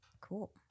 Cool